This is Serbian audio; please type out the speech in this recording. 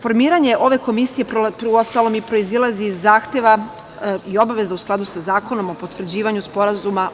Formiranje ove Komisije uostalom i proizilazi iz zahteva i obaveza u skladu sa Zakonom o potvrđivanju SSP.